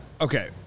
Okay